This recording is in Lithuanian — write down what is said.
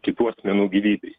kitų asmenų gyvybei